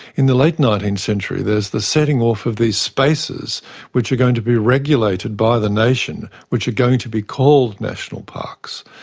in the late nineteenth century there is the setting off of these spaces which are going to be regulated by the nation, which are going to be called national parks.